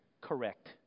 correct